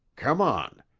come on.